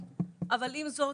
אבל עם זאת,